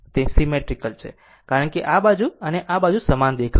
તે સીમેટ્રીકલ છે કારણ કે આ બાજુ અને આ બાજુ સમાન દેખાવ છે